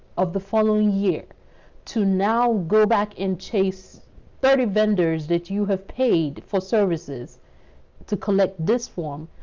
of the following year to now go back and chase thirty. vendors that you have paid for services to collect this. form,